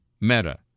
Meta